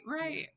right